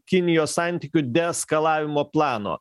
kinijos santykių deeskalavimo plano